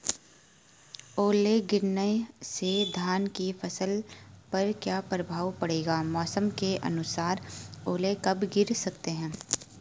ओले गिरना से धान की फसल पर क्या प्रभाव पड़ेगा मौसम के अनुसार ओले कब गिर सकते हैं?